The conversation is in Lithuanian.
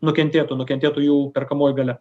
nukentėtų nukentėtų jų perkamoji galia